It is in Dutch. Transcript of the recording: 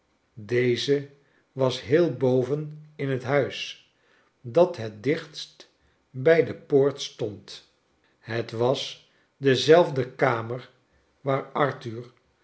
deze was heel boven in het huis dat het dichtst bij de poort stond het was dezelfde kamer waar